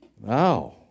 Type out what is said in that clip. Wow